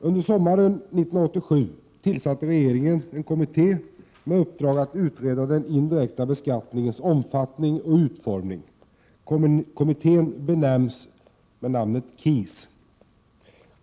Under sommaren 1987 tillsatte regeringen en kommitté med uppdrag att utreda den indirekta beskattningens omfattning och utformning, den benämns KIS.